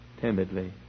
timidly